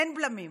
אין בלמים,